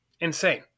insane